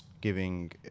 giving